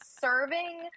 serving